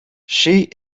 she